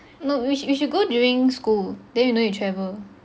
nope we should we should go during school then you don't need travel